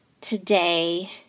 Today